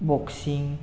boxing